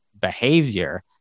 behavior